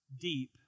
deep